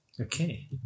okay